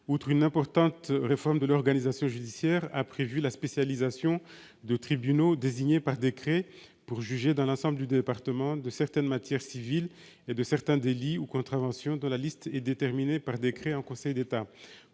outre une importante réforme de l'organisation judiciaire, la spécialisation de tribunaux désignés par décret pour juger dans l'ensemble du département de certaines matières civiles et de certains délits ou contraventions dont la liste est déterminée par décret en Conseil d'État.